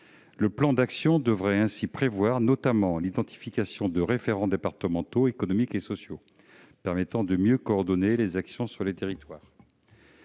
Le plan d'action devrait ainsi prévoir l'identification de référents départementaux économiques et sociaux, permettant de mieux coordonner les actions sur les territoires.